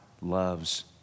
loves